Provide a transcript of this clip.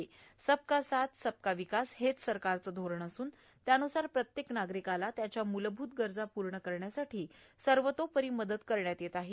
सबका साथ सबका विकास हे सरकारचे धोरण असून त्याव्रुसार प्रत्येक नागरिकाला त्याच्या मुलभूत गरजा पूर्ण करण्यासाठी सर्वोपतरी मदत करण्यात येत आहे